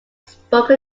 spoke